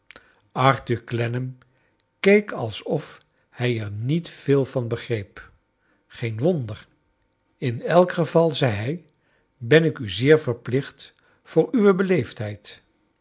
arthur clennam keek alsof hij er niet veel van begreep geen wonder in elk geval zei hij ben ik u zeer verplicht voor uwe